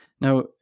Now